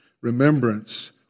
remembrance